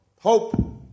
hope